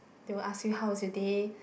they will ask you how is your day